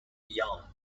beyond